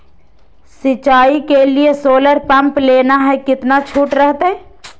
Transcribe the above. सिंचाई के लिए सोलर पंप लेना है कितना छुट रहतैय?